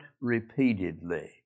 repeatedly